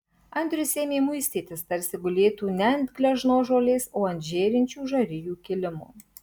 andrius ėmė muistytis tarsi gulėtų ne ant gležnos žolės o ant žėrinčių žarijų kilimo